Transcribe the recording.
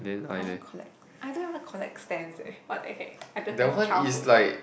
I don't collect I don't even collect stamps eh what the heck I don't have childhood